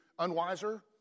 unwiser